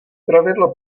pravidlo